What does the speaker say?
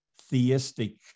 theistic